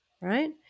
right